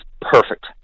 perfect